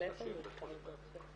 מחלקת נשים בבית חולים העמק.